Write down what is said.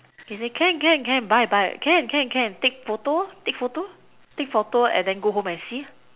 he say can can can buy buy can can can take photo take photo take photo and go home and see